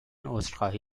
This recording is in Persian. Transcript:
عذرخواهی